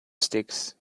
sticks